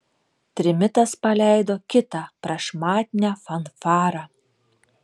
trimitas paleido kitą prašmatnią fanfarą